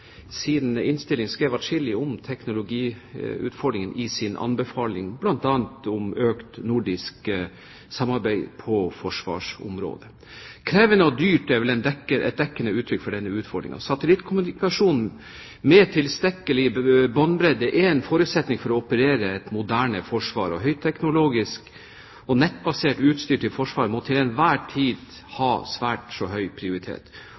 innstilling skrevet adskillig om teknologiutfordringen i sin anbefaling om økt nordisk samarbeid på forsvarsområdet. Krevende og dyrt er vel dekkende uttrykk for denne utfordringen. Satellittkommunikasjon med tilstrekkelig båndbredde er en forutsetning for å operere et moderne forsvar, og høyteknologisk og nettbasert utstyr til Forsvaret må til enhver tid ha svært så høy prioritet.